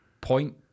point